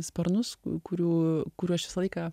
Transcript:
sparnus kurių kurių aš visą laiką